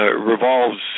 Revolves